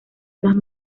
las